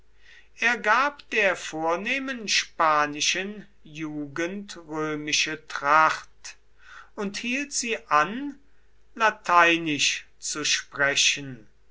er gab der vornehmen spanischen jugend römische tracht und hielt sie an lateinisch zu sprechen